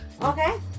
Okay